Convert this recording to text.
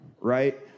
Right